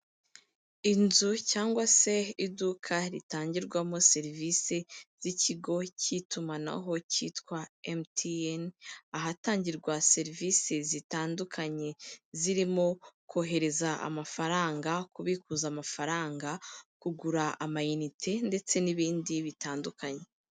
Inzu cyangwa se iduka ritangirwamo serivisi z'ikigo cy'itumanaho cyitwa MTN, ahatangirwa serivisi zitandukanye, zirimo kohereza amafaranga, kubikuza amafaranga, kugura amayinite ndetse n'ibindi bitandukanye.